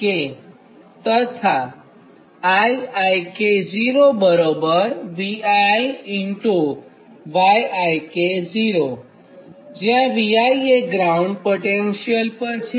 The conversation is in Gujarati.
અને તથા જ્યાં Vi ગ્રાઉન્ડ પોટેન્શિયલ પર છે